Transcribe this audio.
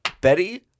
Betty